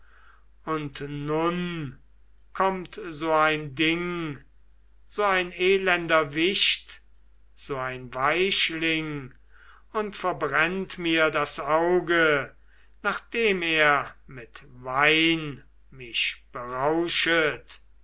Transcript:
und nun kommt so ein ding so ein elender wicht so ein weichling und verbrennt mir das auge nachdem er mit wein mich berauschet